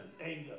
anger